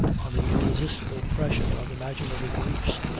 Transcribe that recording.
on the irresistible pressure of imaginary griefs,